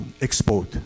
export